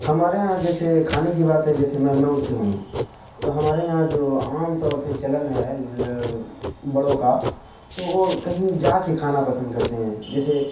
ہمارے یہاں جیسے کھانے کی بات ہے جیسے میں مئو سے ہوں تو ہمارے یہاں جو عام طور سے چلن ہے بڑوں کا تو وہ کہیں جا کے کھانا پسند کرتے ہیں جیسے